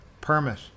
permit